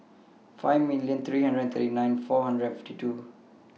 five million three hundred and thirty nine four hundred and fifty two